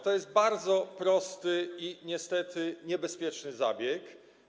To jest bardzo prosty i niestety niebezpieczny zabieg.